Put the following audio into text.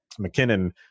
McKinnon